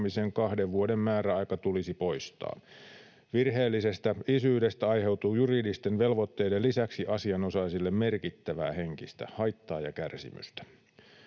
kahden vuoden määräaika tulisi poistaa. Virheellisestä isyydestä aiheutuu juridisten velvoitteiden lisäksi asianosaisille merkittävää henkistä haittaa ja kärsimystä.